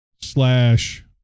slash